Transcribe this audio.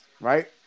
right